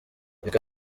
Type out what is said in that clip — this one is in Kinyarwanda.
reka